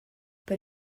but